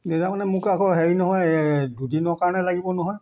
এতিয়া মানে মোক আকৌ হেৰি নহয় দুদিনৰ কাৰণে লাগিব নহয়